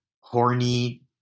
horny